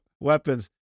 weapons